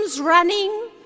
running